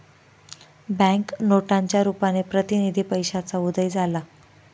bank नोटांच्या रुपाने प्रतिनिधी पैशाचा उदय झाला